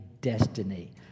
destiny